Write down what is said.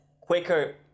quicker